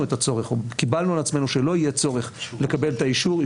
את הצורך או קיבלנו על עצמנו שלא יהיה צורך לקבל את האישור.